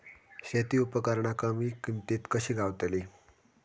शेती उपकरणा कमी किमतीत कशी गावतली?